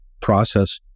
process